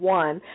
one